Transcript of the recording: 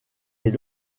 est